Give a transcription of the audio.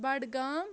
Budgam